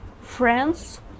friends